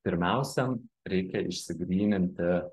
pirmiausia reikia išsigryninti